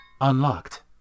unlocked